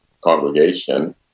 congregation